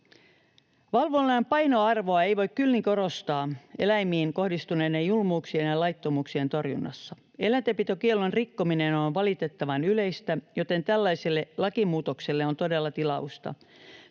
Valvonnan painoarvoa ei voi kyllin korostaa eläimiin kohdistuneiden julmuuksien ja laittomuuksien torjunnassa. Eläintenpitokiellon rikkominen on valitettavan yleistä, joten tällaiselle lakimuutokselle on todella tilausta.